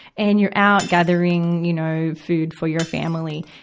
and you're out gathering, you know, food for your family.